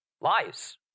Lies